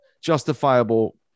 justifiable